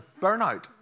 burnout